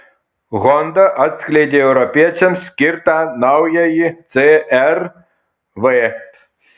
honda atskleidė europiečiams skirtą naująjį cr v